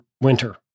winter